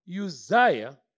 Uzziah